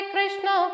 Krishna